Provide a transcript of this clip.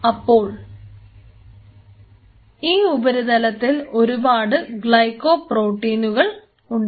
അപ്പോൾ ഈ ഉപരിതലത്തിൽ ഒരുപാട് ഗ്ലൈക്കോ പ്രോട്ടീനുകൾ ഉണ്ട്